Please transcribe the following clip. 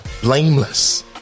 Blameless